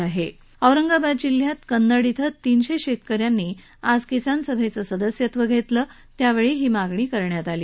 आज औरंगाबाद जिल्ह्यात कन्नड इथं तीनशे शेतकऱ्यांनी किसान सभेचं सदस्यत्व घेतलं त्यावेळी ही मागणी करण्यात आली